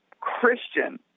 Christian